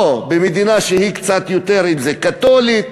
או במדינה שהיא קצת יותר, אם היא קתולית,